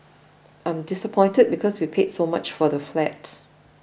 I'm disappointed because we paid so much for the flat